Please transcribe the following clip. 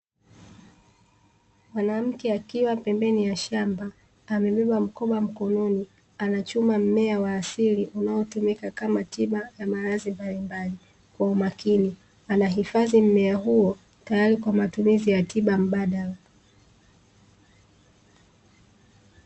Mwanamke akiwa pembeni ya shamba amebeba mkoba mkononi, anachuma mmea wa asili unaotumika kama tiba ya maradhi mbalimbali kwa umakini. Anahifadhi mmea huo tayari kwa matumizi ya tiba mbadala.